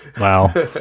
Wow